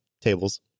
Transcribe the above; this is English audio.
tables